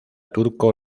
turco